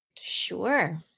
sure